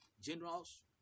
Generals